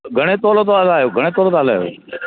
घणे तोलो थो हलायो घणे तोलो था हलायो